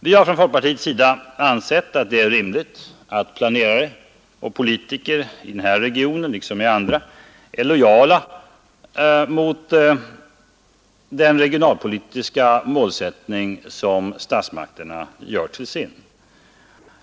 Vi har från folkpartiets sida ansett att det är rimligt att planerare och politiker i den här regionen, liksom i andra, är lojala mot den regionalpolitiska målsättning som statsmakterna gör till sin.